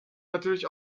natürlich